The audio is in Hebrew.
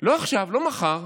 לא עכשיו, לא מחר,